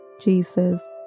Jesus